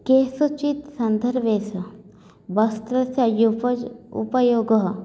केषुचित् सन्दर्भेषु वस्त्रस्य उपयुग् उपयोगः